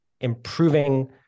improving